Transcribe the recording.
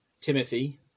Timothy